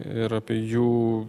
ir apie jų